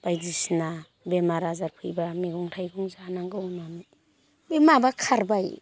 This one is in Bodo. बायदिसिना बेमार आजार फैब्ला मैगं थाइगं जानांगौ होननानै बे माबा खारबाय